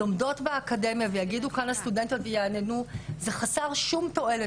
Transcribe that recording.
לומדות באקדמיה זה חסר תועלת.